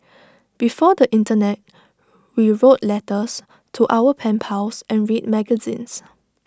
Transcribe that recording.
before the Internet we wrote letters to our pen pals and read magazines